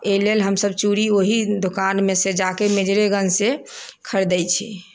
एहि लेल हमसब चूड़ी ओहि दोकान मे से जाके मेजरे गंज से ख़रीदै छी